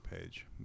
page